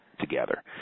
together